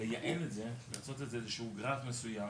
ולייעל את זה ולעשות איזה שהוא גרף מסוים.